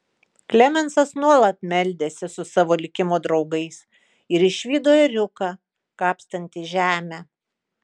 klemensas nuolat meldėsi su savo likimo draugais ir išvydo ėriuką kapstantį žemę